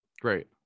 Great